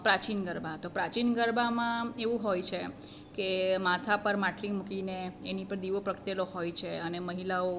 પ્રાચીન ગરબા તો પ્રાચીન ગરબામાં એવું હોય છે એમ કે માથા પર માટલી મૂકીને એની ઉપર દીવો પ્રગટેલો હોય છે અને મહિલાઓ